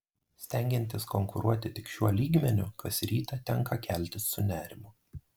stengiantis konkuruoti tik šiuo lygmeniu kas rytą tenka keltis su nerimu